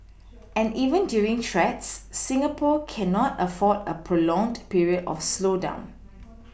and even during threats Singapore cannot afford a prolonged period of slowdown